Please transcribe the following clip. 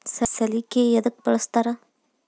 ಸಲಿಕೆ ಯದಕ್ ಬಳಸ್ತಾರ?